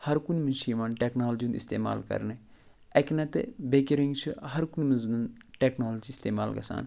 ہر کُنہِ منٛز چھِ یِوان ٹیکنالجی ہُنٛد اِستعمال کرنہٕ اَکہِ نَتہٕ بیٚکہِ رٔنگۍ چھِ ہر کُنہِ منٛز ٹیکنالجی اِستعمال گژھان